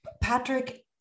Patrick